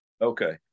okay